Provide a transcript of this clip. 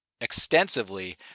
extensively